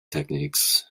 techniques